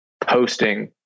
posting